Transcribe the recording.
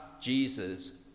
Jesus